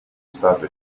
stato